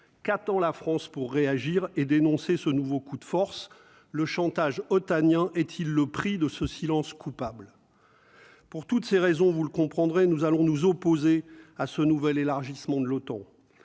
qu'attend la France pour réagir et dénoncé ce nouveau coup de force, le chantage otaniens est-il le prix de ce silence coupable pour toutes ces raisons, vous le comprendrez, nous allons nous opposer à ce nouvel élargissement de l'OTAN,